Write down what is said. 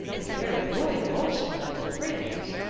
and very loyal also to your friends.